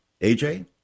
AJ